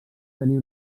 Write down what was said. tenir